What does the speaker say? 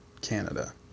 Canada